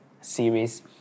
series